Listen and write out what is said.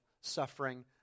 suffering